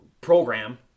program